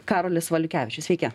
karolis valiukevičius sveiki